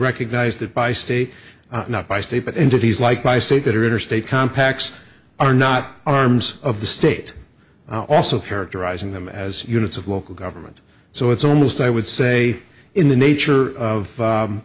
recognized that by state not by state but entities like by state that are interstate compacts are not arms of the state also characterizing them as units of local government so it's almost i would say in the nature of